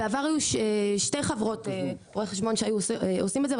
בעבר היו שתי חברות רו"ח שהיו עושות את זה,